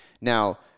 Now